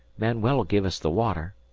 manuel ll give us the water.